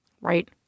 Right